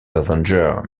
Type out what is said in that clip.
avengers